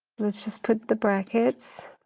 let's just put the brackets.